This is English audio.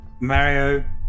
Mario